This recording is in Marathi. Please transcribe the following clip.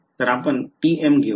तर आपण tm घेऊ